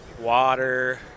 water